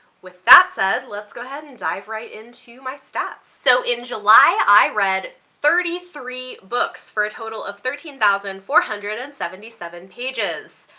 with that said let's go ahead and dive right into my stats. so in july i read thirty three books for a total of thirteen thousand four hundred and seventy seven pages.